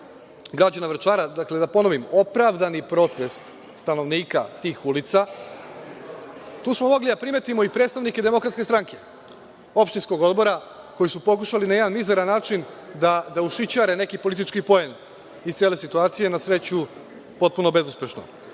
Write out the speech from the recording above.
građana Vračara, dakle da ponovim, opravdani protest stanovnika tih ulica, tu smo mogli da primetimo i predstavnike DS, opštinskog odbora, koji su pokušali na jedan mizeran način da ušićare neki politički poen iz cele situacije, na sreću potpuno bezuspešno.